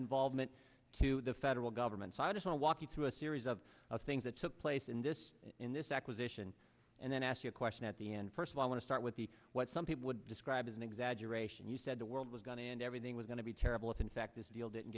involvement to the federal government side and i walk you through a series of things that took place in this in this acquisition and then ask you a question at the end first i want to start with the what some people would describe as an exaggeration you said the world was going and everything was going to be terrible if in fact this deal didn't